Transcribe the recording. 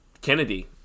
Kennedy